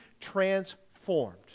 transformed